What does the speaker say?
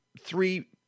three